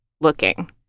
looking